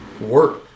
work